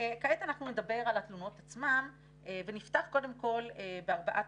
כעת נדבר על התלונות עצמן ונפתח קודם כל בארבעת